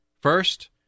First